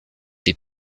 die